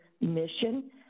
mission